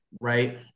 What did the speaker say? Right